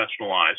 professionalized